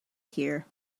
here